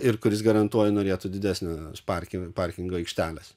ir kuris garantuoju norėtų didesnio parkingo parkingo aikštelės